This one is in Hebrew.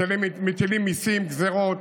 אתם מטילים מיסים, גזרות,